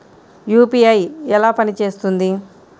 UPI ఎలా పనిచేస్తుంది?